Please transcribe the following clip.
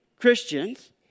Christians